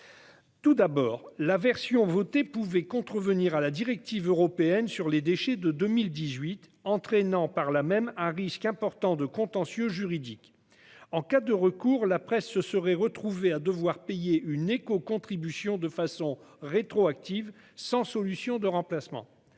Tout d'abord, la version votée pouvait contrevenir à la directive européenne relative aux déchets de 2018, entraînant un risque important de contentieux juridique. En cas de recours, la presse aurait pu se retrouver à devoir payer une écocontribution de façon rétroactive sans solution de remplacement.